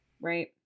Right